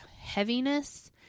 heaviness